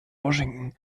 washington